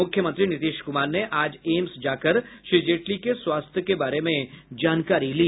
मुख्यमंत्री नीतीश कुमार ने आज एम्स जाकर श्री जेटली के स्वास्थ्य के बारे में जानकारी ली